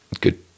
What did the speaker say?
Good